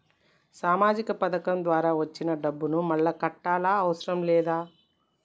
సామాజిక పథకం ద్వారా వచ్చిన డబ్బును మళ్ళా కట్టాలా అవసరం లేదా?